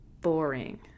boring